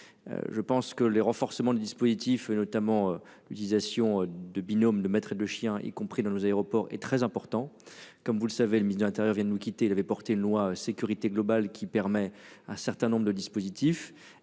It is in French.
Je pense que les renforcements de dispositifs et notamment l'utilisation de binômes de maître et le chien, y compris dans nos aéroports est très important, comme vous le savez le milieu intérieur vient de nous quitter, il avait porté loi sécurité globale qui permet un certain nombre de dispositifs